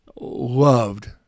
loved